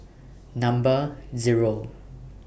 Number Zero